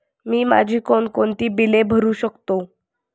मी माझी कोणकोणती बिले भरू शकतो?